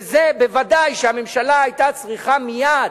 ודאי שהממשלה היתה צריכה מייד,